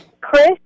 Chris